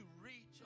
reach